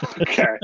Okay